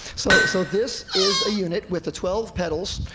so so this is a unit with the twelve petals.